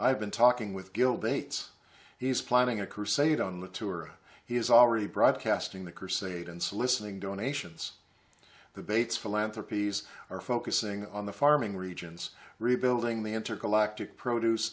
i've been talking with gil dates he's planning a crusade on the tour he is already broadcasting the crusade and soliciting donations the bates philanthropies are focusing on the farming regions rebuilding the intergalactic produce